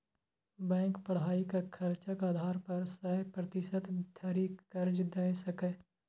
bank पढ़ाइक खर्चक आधार पर सय प्रतिशत धरि कर्ज दए सकैए